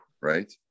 right